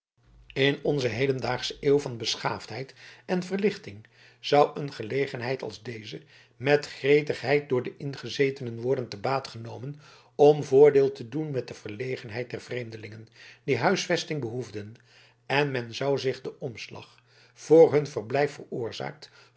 in onze hedendaagsche eeuw van beschaafdheid en verlichting zou een gelegenheid als deze met gretigheid door de ingezetenen worden te baat genomen om voordeel te doen met de verlegenheid der vreemdelingen die huisvesting behoefden en men zou zich den omslag voor hun verblijf veroorzaakt